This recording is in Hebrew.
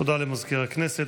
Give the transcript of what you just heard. תודה למזכיר הכנסת.